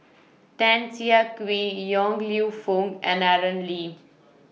Tan Siah Kwee Yong Lew Foong and Aaron Lee